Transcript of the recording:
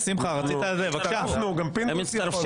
לגבי הכול.